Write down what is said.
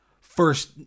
first